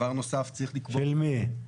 של מי?